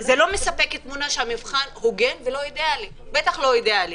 הוא לא מספק תמונה שהמבחן הוגן ובטח לא אידיאלי.